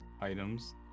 items